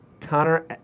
Connor